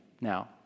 now